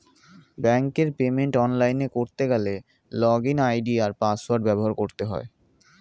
ব্যাঙ্কের পেমেন্ট অনলাইনে করতে গেলে লগইন আই.ডি আর পাসওয়ার্ড ব্যবহার করতে হয়